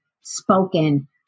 spoken